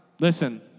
listen